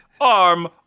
arm